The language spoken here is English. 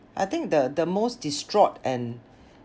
I think the the most distraught and